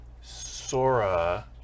Sora